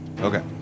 Okay